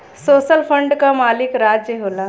social fund कअ मालिक राज्य होला